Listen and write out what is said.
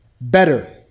better